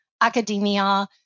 academia